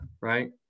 Right